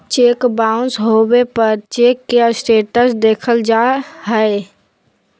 cheque bounce होबे पर cheque के स्टेटस देखल जा हइ